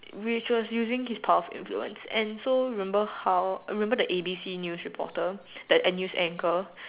which was using his power of influence and so remember how remember that a D C news reporter that unused anchor